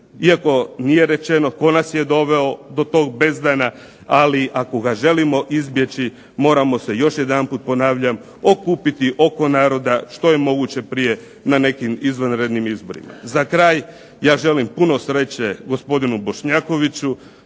iako nije rečeno tko nas doveo do tog bezdana. Ali ako ga želimo izbjeći moramo se još jedanput ponavljam okupiti oko naroda što je moguće prije na nekim izvanrednim izborima. Za kraj ja želim puno sreće gospodinu Bošnjakoviću.